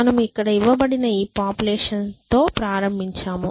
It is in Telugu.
మేము ఇక్కడ ఇవ్వబడిన ఈ పాపులేషన్ తో ప్రారంభించాము